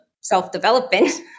self-development